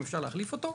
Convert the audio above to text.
אם אפשר להחליף אותו,